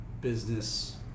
business